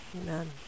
Amen